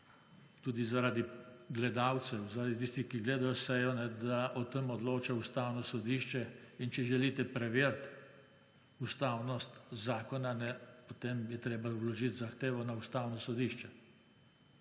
Tudi zaradi gledalcev, zaradi tistih, ki gledajo sejo, da o te odloča Ustavno sodišče. In če želite preveriti ustavnost zakona, potem je treba vložiti zahtevo na Ustavno sodišče.